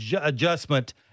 adjustment